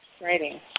writing